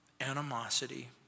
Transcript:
animosity